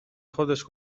خودش